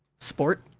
sport.